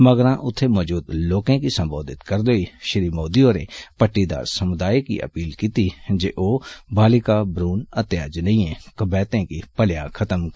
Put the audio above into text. मगरा उत्थे मौजूद लोकें गी सम्बोधित करदे होई श्री मोदी होरें पट्टीदार समुदाय गी अपील कीती जे ओ बालिका भ्रूण हत्या जनेइयें कवैथें गी भ्लेयां खत्म करन